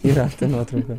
yra ta nuotrauka